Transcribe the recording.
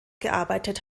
gearbeitet